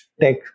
tech